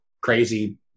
crazy